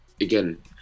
again